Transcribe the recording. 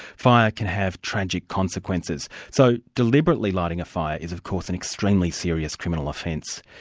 fire can have tragic consequences, so deliberately lighting a fire is of course an extremely serious criminal offence.